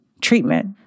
treatment